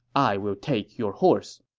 i will take your horse.